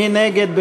מי נגד?